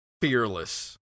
fearless